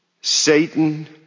Satan